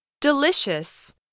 Delicious